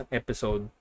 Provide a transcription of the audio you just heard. episode